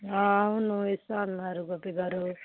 అవును ఇస్తాము అన్నారు గోపి గారు